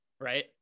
Right